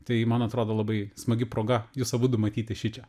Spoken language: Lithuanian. tai man atrodo labai smagi proga jus abudu matyti šičia